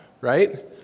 right